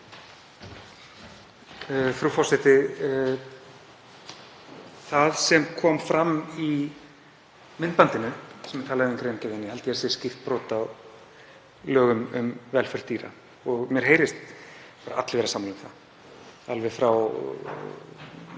Frú forseti. Það sem kom fram í myndbandinu sem er talað um í greinargerðinni held ég að sé skýrt brot á lögum um velferð dýra. Mér heyrist allir vera sammála um það, alveg frá